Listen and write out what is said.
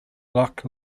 loch